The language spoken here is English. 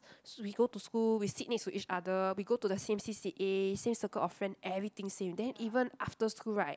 s~ we go to school we sit next to each other we go to the same C_C_A same circle of friend everything same then even after school right